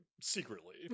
secretly